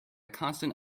constant